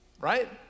right